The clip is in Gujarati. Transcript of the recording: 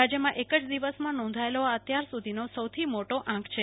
રાજ્યમાં એક જ દિવસમાં નોંધાયેલો આ અત્યાર સુધીનો સૌથી મોટો આંક છે